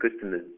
customers